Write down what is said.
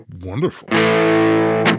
wonderful